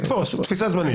תפיסה זמנית.